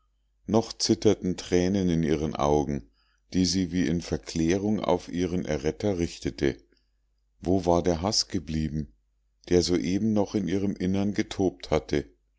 noch zitterten thränen in ihren augen die sie wie in verklärung auf ihren erretter richtete wo war der haß geblieben der soeben noch in ihrem innern getobt hatte